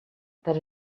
that